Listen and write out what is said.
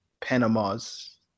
Panamas